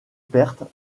pertes